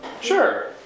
sure